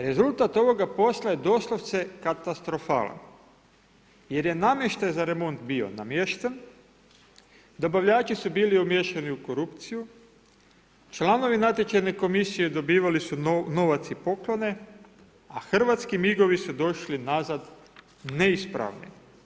Rezultat ovoga posla je doslovce katastrofalan jer je namještaj za remont bio namješten, dobavljači su bili umiješani u korupciju, članovi natječajne komisije dobivali su novac i poklone a hrvatski MIG-ovi su došli nazad neispravni.